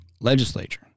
legislature